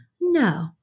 No